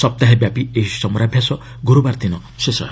ସପ୍ତାହେ ବ୍ୟାପି ଏହି ସମରାଭ୍ୟାସ ଗୁରୁବାର ଦିନ ଶେଷ ହେବ